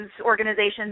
organizations